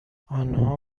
اونها